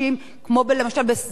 כמו בשדרות,